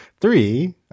Three